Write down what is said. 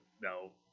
no